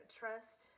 trust